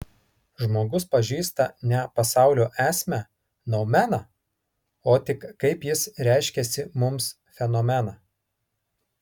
žmogus pažįsta ne pasaulio esmę noumeną o tik kaip jis reiškiasi mums fenomeną